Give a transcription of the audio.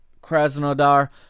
Krasnodar